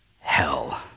hell